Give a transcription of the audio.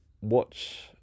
watch